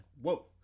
Whoa